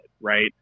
right